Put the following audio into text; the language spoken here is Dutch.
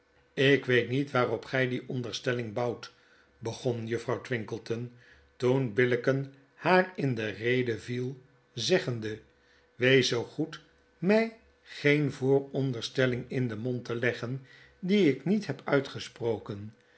ik weet niet waarop gy die onderstelling bouwt begon juffrouw twinkleton toen billicken haar in de rede viel zeggende wees zoo goed my geen vooronderstelling in den mond te leggen die ik niet heb uitgesproken